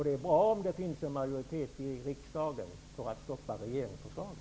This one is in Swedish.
Det är bra om det finns en majoritet i riksdagen för att stoppa regeringsförslaget.